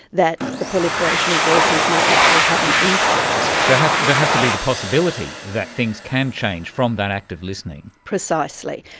that the proliferation of voices might actually have an impact? there has there has to be the possibility that things can change from that act of listening. precisely.